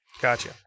Gotcha